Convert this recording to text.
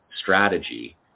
strategy